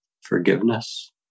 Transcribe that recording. forgiveness